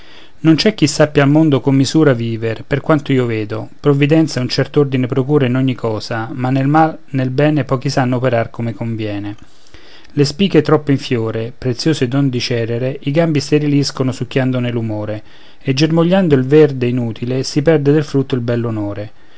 non c'è chi sappia al mondo con misura viver per quanto io vedo provvidenza un cert'ordine procura in ogni cosa ma nel mal nel bene pochi sanno operar come conviene le spiche troppo in fiore prezioso don di cerere i gambi steriliscono succhiandone l'umore e germogliando il verde inutile si perde del frutto il bell'onore non